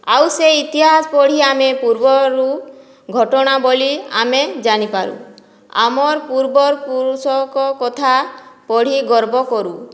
ଆଉ ସେଇ ଇତିହାସ ପଢ଼ି ଆମେ ପୂର୍ବରୁ ଘଟଣାବଳୀ ଆମେ ଜାଣିପାରୁ ଆମର ପୂର୍ବର ପୁରୁଷଙ୍କ କଥା ପଢ଼ି ଗର୍ବ କରୁ